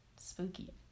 Spooky